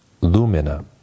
Lumina